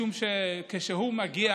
משום שכשהוא מגיע,